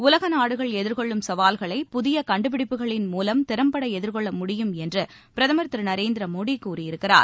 உலக நாடுகள் எதிர்கொள்ளும் சவால்களை புதிய கண்டுபிடிப்புகளின் மூலம் திறம்பட எதிர்கொள்ள முடியும் என்று பிரதமர் திரு நரேந்திர மோடி கூறியிருக்கிறார்